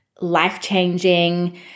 life-changing